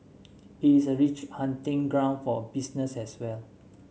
it is a rich hunting ground for business as well